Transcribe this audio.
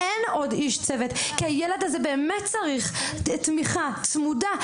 אין עוד איש צוות כי הילד הזה באמת צריך תמיכה צמודה,